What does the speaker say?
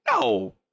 no